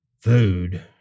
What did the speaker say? Food